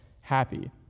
happy